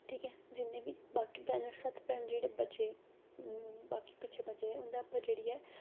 ठीक ऐ जिन्ने बी बाकी पलैन्नट सत्त जेह्ड़े बचे बाकी जेह्के पिच्छै बचे